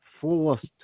forced